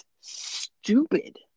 stupid